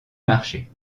marcher